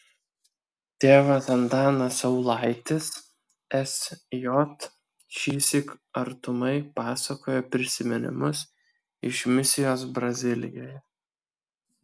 tėvas antanas saulaitis sj šįsyk artumai pasakoja prisiminimus iš misijos brazilijoje